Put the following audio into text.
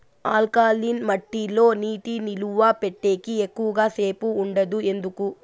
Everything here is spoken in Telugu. ఆల్కలీన్ మట్టి లో నీటి నిలువ పెట్టేకి ఎక్కువగా సేపు ఉండదు ఎందుకు